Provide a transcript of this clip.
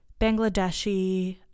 Bangladeshi